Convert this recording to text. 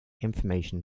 information